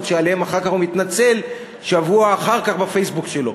שעליהן הוא מתנצל שבוע אחר כך בפייסבוק שלו.